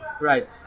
Right